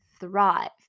thrive